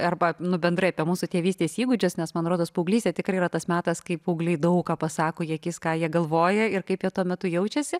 arba nu bendrai apie mūsų tėvystės įgūdžius nes man rodos paauglystė tikrai yra tas metas kai paaugliai daug ką pasako į akis ką jie galvoja ir kaip jie tuo metu jaučiasi